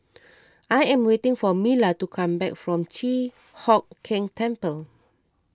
I am waiting for Mila to come back from Chi Hock Keng Temple